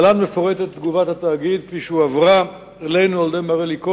להלן מפורטת תגובת התאגיד כפי שהועברה אלינו על-ידי מר אלי כהן,